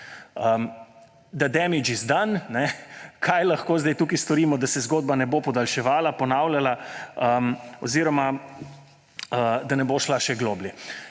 The damage is done. Kaj lahko zdaj tukaj storimo, da se zgodba ne bo podaljševala, ponavljala oziroma da ne bo šla še globlje.